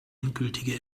endgültige